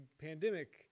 pandemic